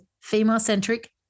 female-centric